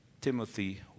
Timothy